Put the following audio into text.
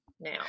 now